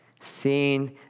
seeing